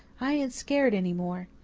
i ain't skeered any more.